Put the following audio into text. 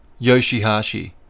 yoshihashi